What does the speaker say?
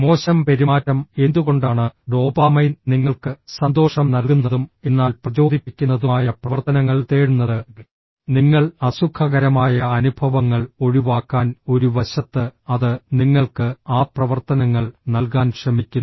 മോശം പെരുമാറ്റം എന്തുകൊണ്ടാണ് ഡോപാമൈൻ നിങ്ങൾക്ക് സന്തോഷം നൽകുന്നതും എന്നാൽ പ്രചോദിപ്പിക്കുന്നതുമായ പ്രവർത്തനങ്ങൾ തേടുന്നത് നിങ്ങൾ അസുഖകരമായ അനുഭവങ്ങൾ ഒഴിവാക്കാൻ ഒരു വശത്ത് അത് നിങ്ങൾക്ക് ആ പ്രവർത്തനങ്ങൾ നൽകാൻ ശ്രമിക്കുന്നു